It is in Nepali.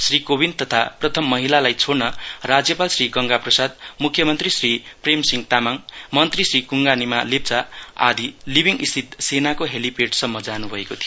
श्री कोविन्द तथा प्रथम महिलालाई छोडन राज्यपाल श्री गंगा प्रसाद मुख्यमन्त्री श्री प्रेमसिंह तामाङ मन्त्री श्री कुङगा निमा लेप्चा अदि लिबिङस्थित सेनाको हेलीपेडसम्म जानुभएको थियो